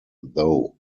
though